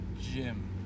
gym